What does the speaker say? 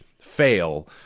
fail